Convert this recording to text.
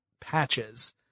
patches